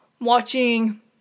watching